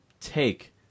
take